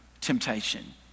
temptation